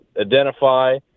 identify